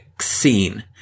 scene